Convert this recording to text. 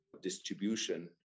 distribution